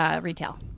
Retail